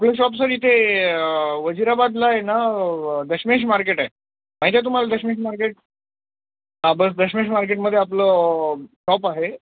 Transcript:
आपलं shop sir इथे वझिराबादला ना दशमेश मार्केट आहे माहीत आहे तुम्हाला दशमेश मार्केट हां बस दशमेश मार्केटमध्ये आपलं शॉप आहे